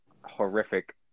horrific